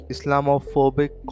Islamophobic